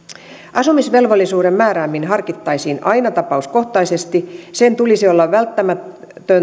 asumisvelvollisuuden määrääminen harkittaisiin aina tapauskohtaisesti sen tulisi olla